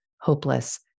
hopeless